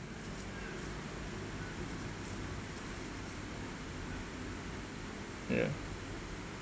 yeah